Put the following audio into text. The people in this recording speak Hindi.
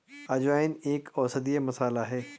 अजवाइन एक औषधीय मसाला है